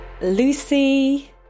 Lucy